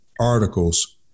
articles